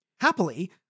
Happily